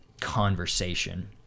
conversation